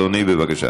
אדוני, בבקשה.